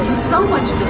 so much